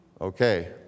Okay